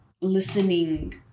listening